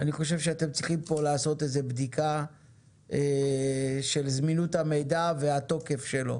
אני חושב שאתם צריכים פה לעשות בדיקה של זמינות המידע והתוקף שלו.